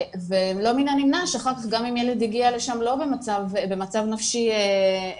ולא מן הנמנע שאחר כך גם אם ילד הגיע לשם במצב נפשי סביר,